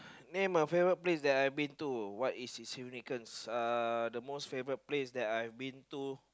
name a favourite place that I been to what is its significance uh the most favourite place that I've been to